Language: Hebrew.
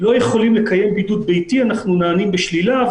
לא יכולים לקיים בידוד ביתי אנחנו נענים בשלילה,